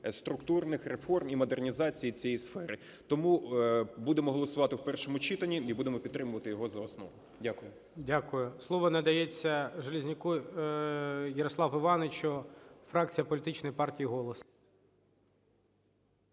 структурних реформ і модернізації цієї сфери. Тому будемо голосувати в першому читанні і будемо підтримувати його за основу. Дякую. ГОЛОВУЮЧИЙ. Дякую. Слово надається Железняку Ярославу Івановичу, фракція політичної партії "Голос".